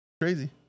crazy